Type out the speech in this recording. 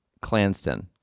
Clanston